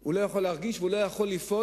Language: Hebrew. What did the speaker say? הוא לא יכול להרגיש והוא לא יכול לפעול,